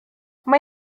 mae